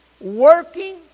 working